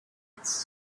its